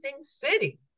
city